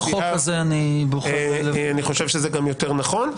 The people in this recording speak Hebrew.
בחוק הזה אני --- אני חושב שזה גם יותר נכון,